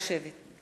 15 באוקטובר 2012